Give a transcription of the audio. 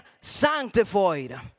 sanctified